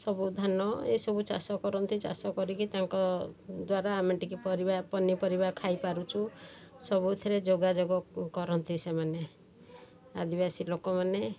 ସବୁ ଧାନ ଏସବୁ ଚାଷ କରନ୍ତି ଚାଷ କରିକି ତାଙ୍କ ଦ୍ୱାରା ଆମେ ଟିକେ ପରିବା ପନିପରିବା ଖାଇପାରୁଛୁ ସବୁଥିରେ ଯୋଗାଯୋଗ କରନ୍ତି ସେମାନେ ଆଦିବାସୀ ଲୋକମାନେ